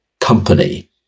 company